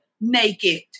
naked